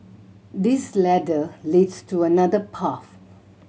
this ladder leads to another path